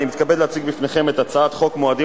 אני מתכבד להציג בפניכם את הצעת חוק מועדים